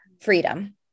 Freedom